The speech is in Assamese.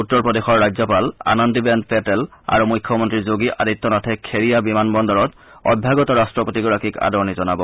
উত্তৰ প্ৰদেশৰ ৰাজ্যপাল আনন্দীবেন পেটেল আৰু মুখ্যমন্ত্ৰী যোগী আদিত্য নাথে খেৰিয়া বিমানবন্দৰত অভ্যাগত ৰাট্টপতিগৰাকীক আদৰণি জনাব